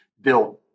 built